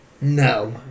No